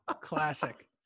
Classic